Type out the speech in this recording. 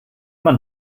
man